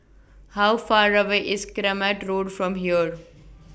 How Far away IS Kramat Road from here